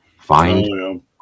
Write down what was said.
find